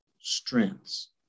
strengths